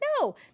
no